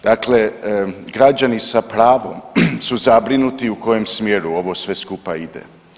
Dakle, građani sa pravom su zabrinuti u kojem smjeru ovo sve skupa ide.